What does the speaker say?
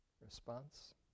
response